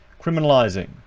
Criminalizing